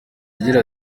agize